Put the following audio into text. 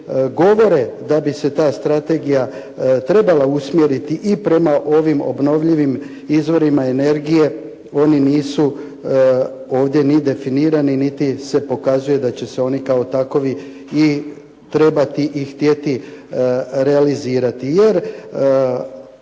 govore da bi se ta strategija trebala usmjeriti i prema ovim obnovljivim izvorima energije, oni nisu ovdje ni definirani niti se pokazuje da će se oni kao takovi i trebati i htjeti realizirati. Jer